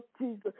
Jesus